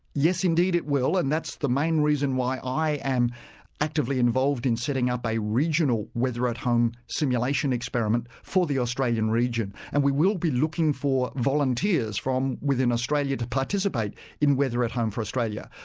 yes, indeed it will, and that's the main reason why i am actively involved in setting up a regional weatherathome simulation experiment for the australian region. and we will be looking for volunteers from within australia to participate in weatherathome for australia.